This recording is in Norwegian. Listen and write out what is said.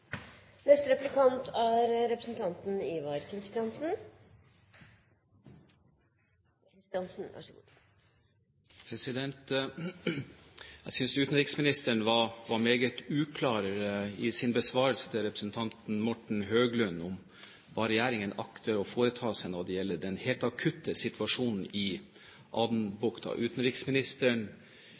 synes utenriksministeren var meget uklar i sin besvarelse til representanten Morten Høglund om hva regjeringen akter å foreta seg i den helt akutte situasjonen i Adenbukta. Utenriksministeren